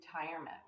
retirement